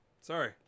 Sorry